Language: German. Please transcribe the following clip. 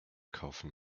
kaufen